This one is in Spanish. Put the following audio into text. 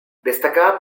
destacaba